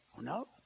No